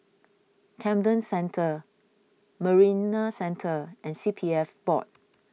Camden Centre Marina Centre and C P F Board